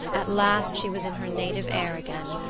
at last she was in her native air again,